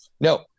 No